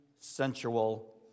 sensual